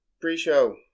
Pre-show